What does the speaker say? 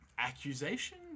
Accusation